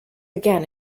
again